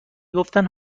گفتن